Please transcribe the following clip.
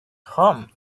home